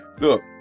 look